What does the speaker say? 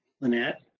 Lynette